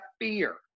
fear